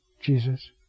Jesus